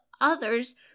others